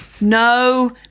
no